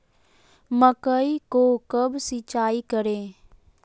मकई को कब सिंचाई करे?